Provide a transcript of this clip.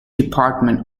department